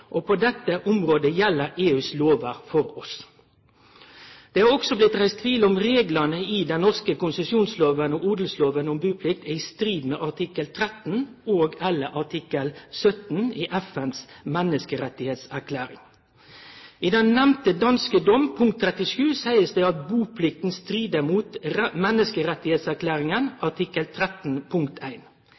og på dette området gjeld EUs lovar for oss. Det er også blitt reist tvil om reglane i den norske konsesjonsloven og odelsloven om buplikt er i strid med artikkel 13 og/eller artikkel 17 i FNs menneskerettserklæring. I punkt 37 i den nemnde danske dommen heiter det at buplikta strir mot artikkel 13, punkt